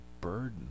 burden